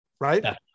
right